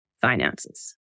finances